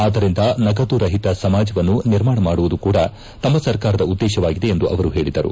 ಆಧ್ದರಿಂದ ನಗದುರುತ ಸಮಾಜವನ್ನು ನಿರ್ಮಾಣ ಮಾಡುವುದು ಕೂಡ ತಮ್ಮ ಸರ್ಕಾರದ ಉದ್ದೇಶವಾಗಿದೆ ಎಂದು ಅವರು ಹೇಳಿದರು